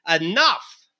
enough